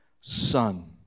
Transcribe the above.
son